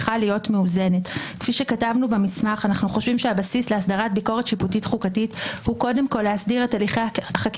הסמיכה אותו במפורש לפסול חוקים גם היא לא יכולה להצדיק את הרפורמה